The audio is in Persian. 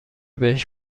بهش